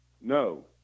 No